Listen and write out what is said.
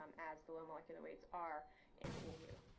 um as the low molecular weights are in the eu.